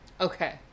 Okay